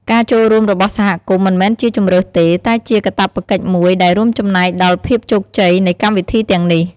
ការចូលរួមរបស់សហគមន៍មិនមែនជាជម្រើសទេ តែជាកាតព្វកិច្ចមួយដែលរួមចំណែកដល់ភាពជោគជ័យនៃកម្មវិធីទាំងនេះ។